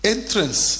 Entrance